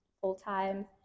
full-time